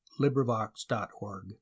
Librivox.org